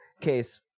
Case